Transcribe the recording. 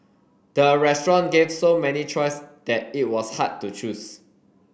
the restaurant gave so many choice that it was hard to choose